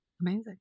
amazing